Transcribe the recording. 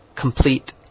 complete